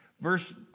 verse